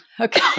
Okay